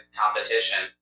competition